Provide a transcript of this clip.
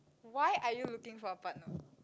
why are you looking for a partner